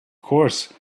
course